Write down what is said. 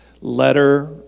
letter